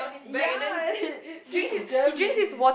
ya he it he's damn lazy